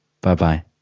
Bye-bye